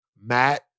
Matt